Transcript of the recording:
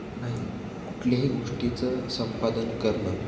नाही कुठल्याही गोष्टीचं संपादन करणं